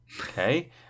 okay